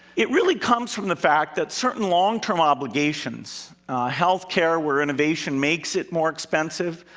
it really comes from the fact that certain long-term obligations health care, where innovation makes it more expensive,